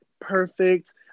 perfect